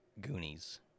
Goonies